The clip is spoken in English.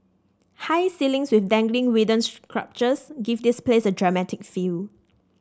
high ceilings with dangling sculptures give this place a dramatic feel